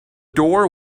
door